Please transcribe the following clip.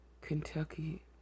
Kentucky